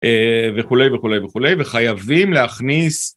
וכולי וכולי וכולי וחייבים להכניס.